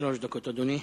אדוני.